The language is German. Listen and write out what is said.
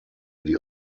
die